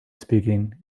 speaking